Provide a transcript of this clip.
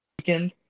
weekend